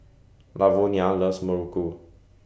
Lavonia loves Muruku